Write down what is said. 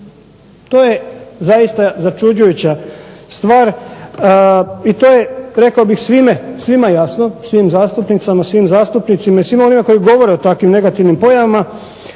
To je zaista začuđujuća stvar i to je svima jasno, svim zastupnicama, svim zastupnicima i svima onima koji govore o takvim negativnim pojavama.